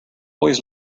always